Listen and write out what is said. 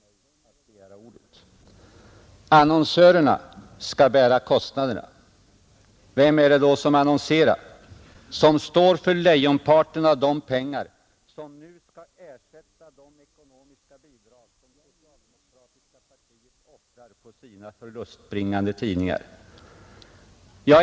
Annonsörerna skall bära kostnaderna. Vem är det då som annonserar, som står för lejonparten av de pengar som nu skall ersätta de ekonomiska bidrag som socialdemokratiska partiet offrar på sina förlustbringande tidningar?